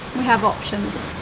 we have options.